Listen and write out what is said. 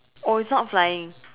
oh it's not flying